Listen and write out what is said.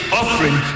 offering